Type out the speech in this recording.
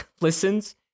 listens